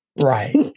Right